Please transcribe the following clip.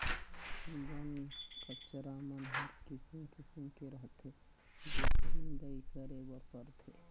बन कचरा मन हर किसिम किसिम के रहथे जेखर निंदई करे बर परथे